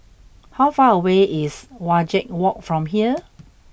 how far away is Wajek Walk from here